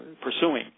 pursuing